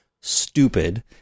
stupid